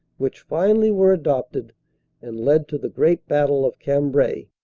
which finally were adopted and led to the great battle of cambrai.